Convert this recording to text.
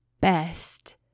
best